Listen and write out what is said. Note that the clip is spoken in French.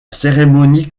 cérémonie